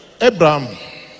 Abraham